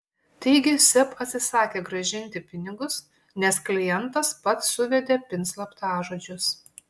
taigi seb atsisakė grąžinti pinigus nes klientas pats suvedė pin slaptažodžius